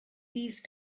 these